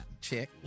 Check